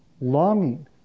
longing